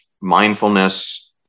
mindfulness